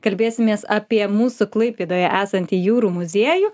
kalbėsimės apie mūsų klaipėdoje esantį jūrų muziejų